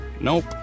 Nope